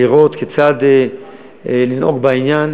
לראות כיצד לנהוג בעניין,